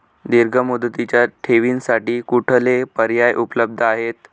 दीर्घ मुदतीच्या ठेवींसाठी कुठले पर्याय उपलब्ध आहेत?